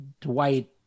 Dwight